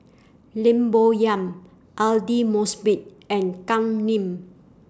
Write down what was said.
Lim Bo Yam Aidli Mosbit and Kam Ning